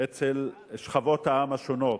אצל שכבות העם השונות,